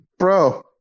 bro